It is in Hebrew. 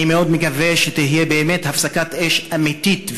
אני מאוד מקווה שתהיה באמת הפסקת אש אמיתית,